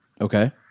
Okay